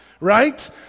right